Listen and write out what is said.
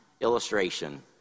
illustration